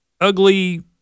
ugly